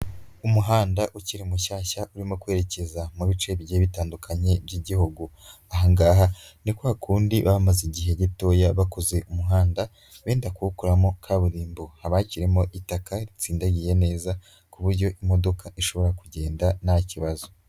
Umuhanda ukiri mushyashya urimo kwerekeza mu bice bigiye bitandukanye by'igihugu, aha ngaha ni kwa kundi baba bamaze igihe gitoya bakoze umuhanda benda kuwukoramo kaburimbo, haba hakirimo itaka ritsindagiye neza ku buryo imodoka ishobora kugenda nta kibazo.